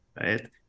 Right